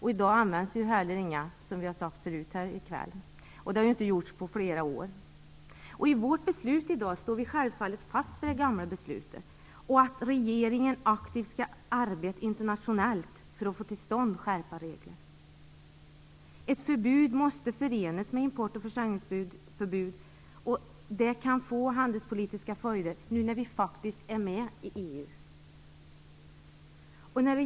I dag används heller inga försöksdjur, som sagts här tidigare, och det har inte gjorts på flera år. I vårt beslut i dag står vi självfallet fast vid det gamla beslutet. Regeringen skall arbeta aktivt internationellt för att få till stånd skärpta regler. Ett förbud måste förenas med import och försäljningsförbud, vilket kan få handelspolitiska följder nu när vi faktiskt är med i EU.